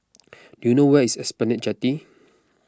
do you know where is Esplanade Jetty